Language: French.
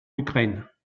ukraine